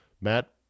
Matt